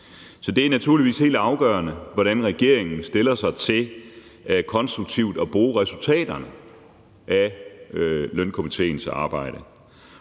Så det er naturligvis helt afgørende, hvordan regeringen stiller sig til konstruktivt at bruge resultaterne af Lønstrukturkomitéens arbejde.